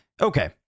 okay